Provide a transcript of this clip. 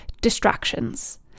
distractions